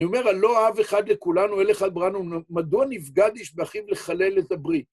הוא אומר, הלא אל אחד בראנו, מדוע נבגד איש באחיו לחלל את הברית?